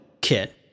kit